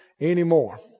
anymore